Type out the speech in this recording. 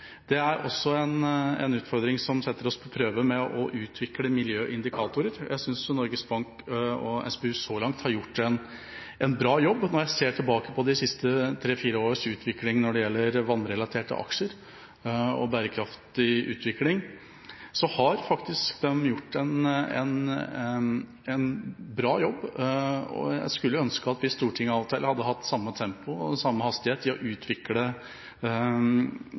Miljøkriterier har også vært nevnt i debatten så langt. Det er en utfordring som setter oss på prøve for å utvikle miljøindikatorer. Jeg synes Norges Bank og SPU så langt har gjort en bra jobb når jeg ser tilbake på de siste tre–fire års utvikling når det gjelder vannrelaterte aksjer og bærekraftig utvikling. Der har de faktisk gjort en bra jobb, og jeg skulle ønske Stortinget av og til hadde hatt samme tempo når det gjelder å utvikle